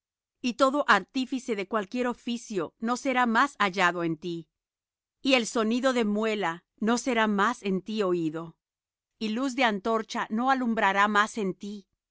y todo artífice de cualquier oficio no será más hallado en ti y el sonido de muela no será más en ti oído y luz de antorcha no alumbrará más en ti